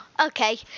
okay